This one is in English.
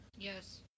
Yes